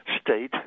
state